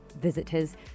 visitors